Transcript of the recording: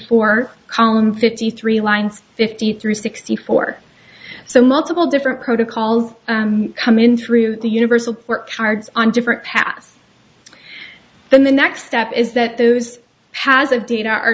four column fifty three lines fifty three sixty four so multiple different protocols come in through the universal work cards on different paths then the next step is that those has of data are